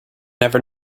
never